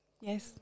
Yes